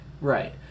Right